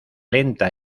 lenta